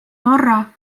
norra